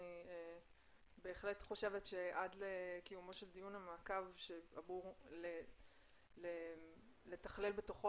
אני בהחלט חושבת שעד לקיומו של דיבור המעקב שאמור לתכלל בתוכו